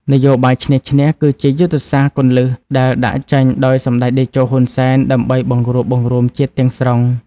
នយោបាយឈ្នះ-ឈ្នះ គឺជាយុទ្ធសាស្ត្រគន្លឹះដែលដាក់ចេញដោយសម្តេចតេជោ ហ៊ុន សែន ដើម្បីបង្រួបបង្រួមជាតិទាំងស្រុង។